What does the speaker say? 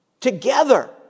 together